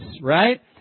Right